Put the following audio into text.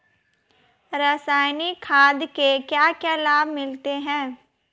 रसायनिक खाद के क्या क्या लाभ मिलते हैं?